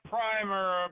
Primer